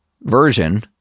version